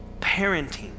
Parenting